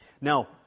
Now